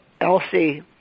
Elsie